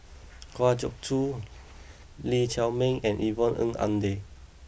Kwa Geok Choo Lee Chiaw Meng and Yvonne Ng Uhde